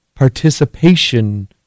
participation